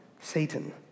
Satan